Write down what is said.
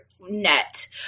net